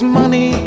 money